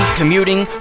commuting